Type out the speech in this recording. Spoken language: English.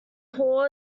hall